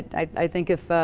i think if,